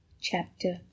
chapter